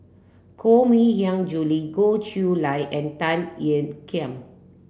Koh Mui Hiang Julie Goh Chiew Lye and Tan Ean Kiam